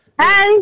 Hey